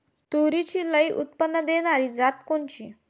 तूरीची लई उत्पन्न देणारी जात कोनची?